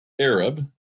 Arab